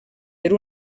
per